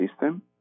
system